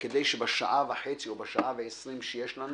כדי שבשעה וחצי או בשעה ו-20 שיש לנו